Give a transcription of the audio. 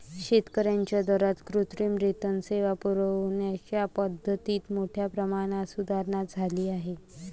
शेतकर्यांच्या दारात कृत्रिम रेतन सेवा पुरविण्याच्या पद्धतीत मोठ्या प्रमाणात सुधारणा झाली आहे